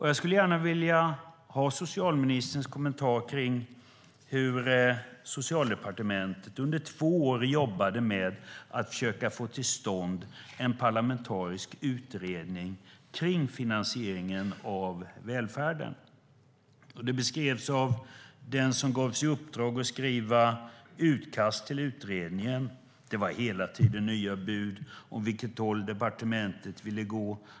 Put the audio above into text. Jag skulle gärna vilja höra socialministerns kommentar om hur man på Socialdepartementet under två år jobbade med att försöka få till stånd en parlamentarisk utredning om finansieringen av välfärden. Den som gavs i uppdrag att skriva utkastet till utredningen har beskrivit hur det hela tiden var nya bud om åt vilket håll departementet ville gå.